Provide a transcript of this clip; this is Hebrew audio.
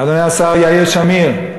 אדוני השר יאיר שמיר,